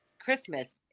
Christmas